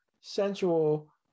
sensual